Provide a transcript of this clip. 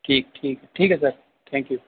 ਠੀਕ ਠੀਕ ਠੀਕ ਹੈ ਸਰ ਥੈਂਕ ਯੂ